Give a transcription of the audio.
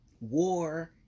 War